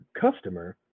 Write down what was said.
customer